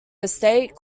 estate